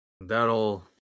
That'll